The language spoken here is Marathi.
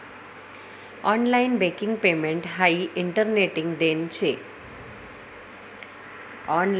ऑनलाइन बँकिंग पेमेंट हाई इंटरनेटनी देन शे